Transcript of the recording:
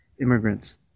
immigrants